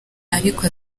ariko